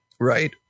Right